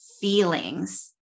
feelings